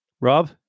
Rob